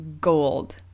gold